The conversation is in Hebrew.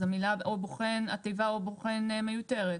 אז התיבה "או בוחן" מיותרת.